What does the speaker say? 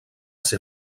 ser